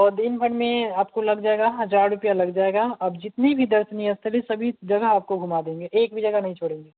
और दिन भर में आपको लग जाएगा हज़ार रुपया लग जाएगा आप जितने भी दर्शनीय स्थल है सभी जगह आपको घूमा देंगे एक भी जगह नहीं छोड़ेंगे